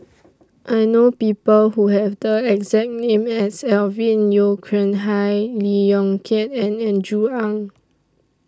I know People Who Have The exact name as Alvin Yeo Khirn Hai Lee Yong Kiat and Andrew Ang